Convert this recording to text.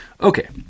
Okay